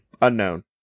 unknown